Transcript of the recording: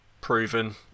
proven